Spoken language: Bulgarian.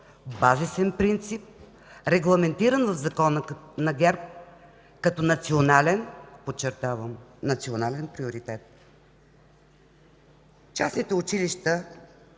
базисен принцип, регламентиран в Закона на ГЕРБ като национален, подчертавам – национален приоритет. Частните училища,